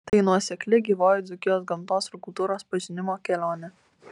tai nuosekli gyvoji dzūkijos gamtos ir kultūros pažinimo kelionė